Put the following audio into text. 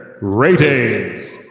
Ratings